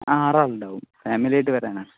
ആ ആറ് ആൾ ഉണ്ടാവും ഫാമിലിയായിട്ട് വരാനാ